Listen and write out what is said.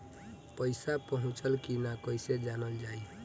पैसा पहुचल की न कैसे जानल जाइ?